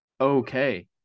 okay